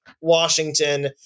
Washington